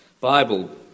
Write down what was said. Bible